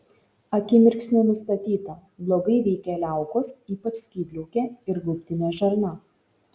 akimirksniu nustatyta blogai veikia liaukos ypač skydliaukė ir gaubtinė žarna